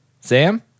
Sam